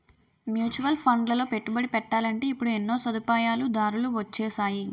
mutual ఫండ్లలో పెట్టుబడి పెట్టాలంటే ఇప్పుడు ఎన్నో సదుపాయాలు దారులు వొచ్చేసాయి